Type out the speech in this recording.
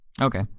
Okay